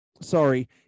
sorry